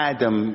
Adam